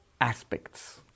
aspects